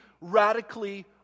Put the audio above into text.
radically